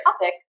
topic